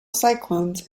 cyclones